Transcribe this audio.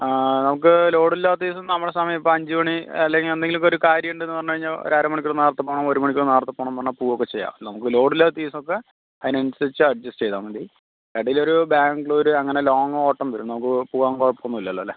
നമുക്ക് ലോഡ് ഇല്ലാത്ത ദിവസം നമ്മളെ സമയം ഇപ്പം അഞ്ച് മണി അല്ലെങ്കിൽ എന്തെങ്കിലും ഒരു കാര്യം ഉണ്ടെന്ന് പറഞ്ഞു കയിഞ്ഞാൽ ഒരു അര മണിക്കൂർ നേരത്തെ പോകണം ഒരു മണിക്കൂർ നേരത്തെ പോകണം പറഞ്ഞാൽ പോവുകയൊക്കെ ചെയ്യാം നമുക്ക് ലോഡ് ഇല്ലാത്ത ദിവസം ഒക്കെ അതിന് അനുസരിച്ച് അഡ്ജസ്റ്റ് ചെയ്താൽമതി ഇടയിൽ ഒരു ബാംഗ്ലൂർ അങ്ങനെ ലോങ്ങ് ഓട്ടം വരും നമുക്ക് പോവാൻ കുഴപ്പം ഒന്നും ഇല്ലല്ലൊ അല്ലെ